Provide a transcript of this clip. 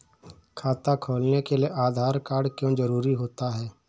खाता खोलने के लिए आधार कार्ड क्यो जरूरी होता है?